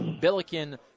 Billiken